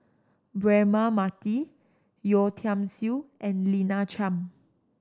Braema Mathi Yeo Tiam Siew and Lina Chiam